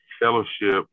Fellowship